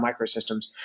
Microsystems